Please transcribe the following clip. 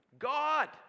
God